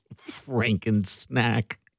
Franken-snack